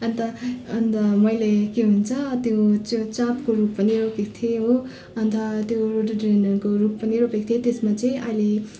अन्त अन्त मैले के भन्छ त्यो चा चाँपको रुख पनि रोपेकी थिएँ हो अन्त त्यो रोडोडेन्ड्रनको रुख पनि रोपेको थिएँ त्यसमा चाहिँ अहिले